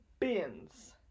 bins